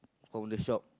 from the shop